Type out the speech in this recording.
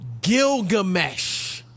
Gilgamesh